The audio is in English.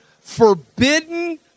forbidden